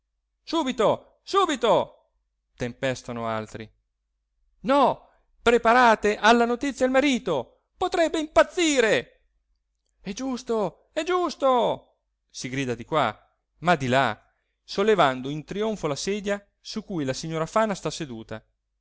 subito subito tempestano altri no preparate alla notizia il marito potrebbe impazzire è giusto è giusto si grida di qua ma di là sollevando in trionfo la sedia su cui la signora fana sta seduta